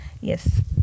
Yes